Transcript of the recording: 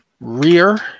rear